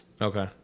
Okay